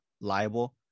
liable